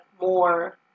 more